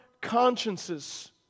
consciences